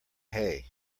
hay